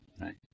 right